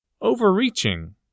overreaching